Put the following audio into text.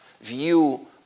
view